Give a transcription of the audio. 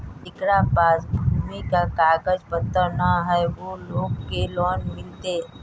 जेकरा पास भूमि का कागज पत्र न है वो लोग के लोन मिलते?